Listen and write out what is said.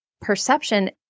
perception